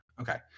Okay